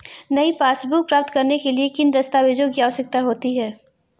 नई पासबुक प्राप्त करने के लिए किन दस्तावेज़ों की आवश्यकता होती है?